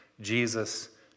Jesus